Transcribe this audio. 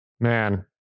Man